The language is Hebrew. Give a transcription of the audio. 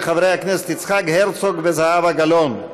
של חברי הכנסת יצחק הרצוג וזהבה גלאון.